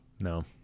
No